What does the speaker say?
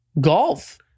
Golf